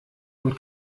und